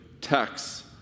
tax